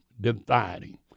dividing